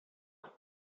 are